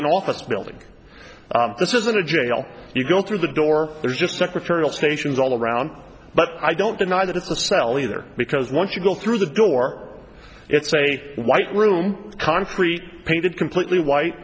an office building this isn't a jail you go through the door there's just secretarial stations all around but i don't deny that it's a cell either because once you go through the door it's a white room concrete painted completely white